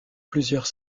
plusieurs